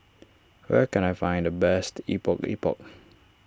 where can I find the best Epok Epok